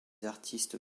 artistes